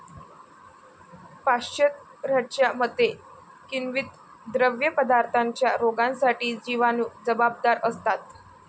पाश्चरच्या मते, किण्वित द्रवपदार्थांच्या रोगांसाठी जिवाणू जबाबदार असतात